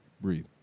breathe